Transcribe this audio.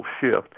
shift